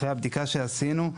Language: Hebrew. אחרי הבדיקה שעשינו,